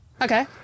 Okay